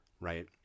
Right